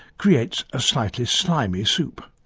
creates a slightly slimy soup.